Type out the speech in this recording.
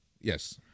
Yes